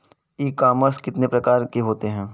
ई commerce कितने प्रकार के होते हैं?